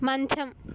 మంచం